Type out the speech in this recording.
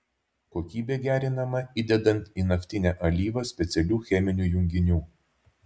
kokybė gerinama įdedant į naftinę alyvą specialių cheminių junginių